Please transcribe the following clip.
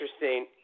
interesting